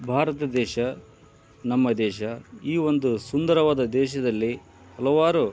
ಭಾರತ ದೇಶ ನಮ್ಮ ದೇಶ ಈ ಒಂದು ಸುಂದರವಾದ ದೇಶದಲ್ಲಿ ಹಲವಾರು